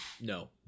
No